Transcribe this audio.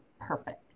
perfect